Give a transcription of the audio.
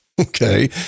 Okay